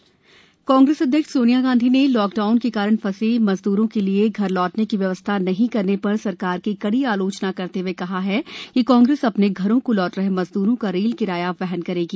मजदूर रेल कांग्रेस अध्यक्ष सोनिया गांधी ने लॉकडाउन के कारण फंसे मजदूरों के लिए घर लौटने की व्यवस्था नहीं करने पर सरकार की कड़ी आलोचना करते हुए कहा है कि कांग्रेस अपने घरों को लौट रहे मजदूरों का रेल किराया वहन करेगी